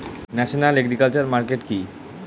National agriculture market কি?